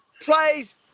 plays